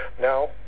Now